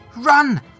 RUN